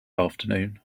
afternoon